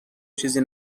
چیزی